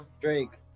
Drake